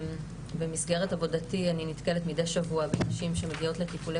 במסגרת עבודתי אני נתקלת מדי שבוע בנשים שמגיעות לטיפולי